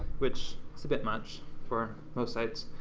which is a bit much for most sites.